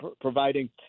providing